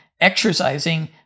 exercising